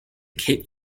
cape